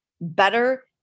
better